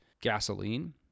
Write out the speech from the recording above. gasoline